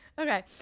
Okay